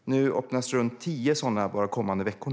Nu öppnas runt tio sådana bara de kommande veckorna.